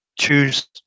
Choose